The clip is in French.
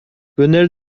venelle